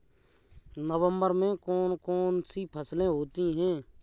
नवंबर में कौन कौन सी फसलें होती हैं?